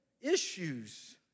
issues